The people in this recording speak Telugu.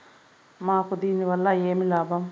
మాకు దీనివల్ల ఏమి లాభం